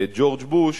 ג'ורג' בוש,